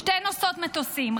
שתי נושאות מטוסים,